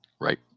Right